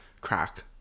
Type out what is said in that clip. crack